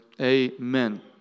Amen